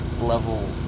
level